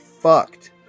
fucked